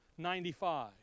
95